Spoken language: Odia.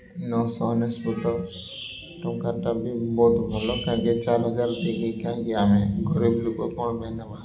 ନଅଶହ ଅନେଶ୍ଵତ ଟଙ୍କାଟା ବି ବହୁତ ଭଲ କାହିଁକି ଚାରି ହଜାର ଦେଇକି କାହିଁକି ଆମେ ଘରେ ବି ଲୋକ କ'ଣ ପାଇଁ ନେବା